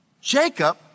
Jacob